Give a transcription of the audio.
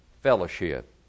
fellowship